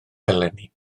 eleni